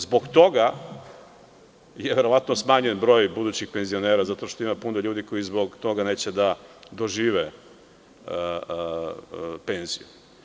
Zbog toga je verovatno smanjen broj budućih penzionera, zato što ima puno ljudi koji zbog toga neće da dožive penziju.